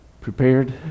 prepared